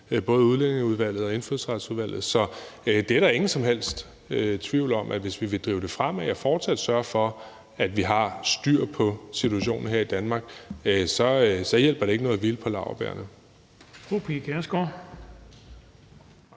i Udlændinge- og Integrationsudvalget. Så der er ingen som helst tvivl om, at hvis vi vil drive det fremad og fortsat sørge for, at vi har styr på situationen her i Danmark, så hjælper det ikke noget at hvile på laurbærrene.